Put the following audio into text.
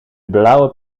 blauwe